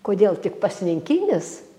kodėl tik pasninkinis